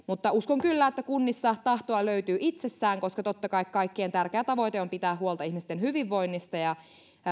mutta uskon kyllä että kunnissa tahtoa löytyy itsessään koska totta kai kaikkien tärkeä tavoite on pitää huolta ihmisten hyvinvoinnista ja